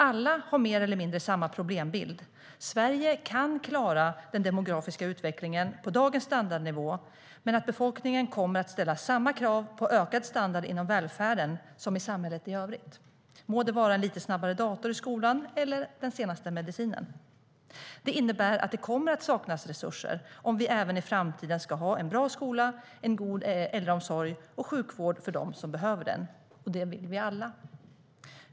Alla har mer eller mindre samma problembild: Sverige kan klara den demografiska utvecklingen på dagens standardnivå, men befolkningen kommer att ställa samma krav på ökad standard inom välfärden som i samhället i övrigt, må det vara en lite snabbare dator i skolan eller den senaste medicinen. Det innebär att det kommer att saknas resurser om vi även i framtiden ska ha en bra skola, en god äldreomsorg och sjukvård för dem som behöver den. Det vill vi ju alla.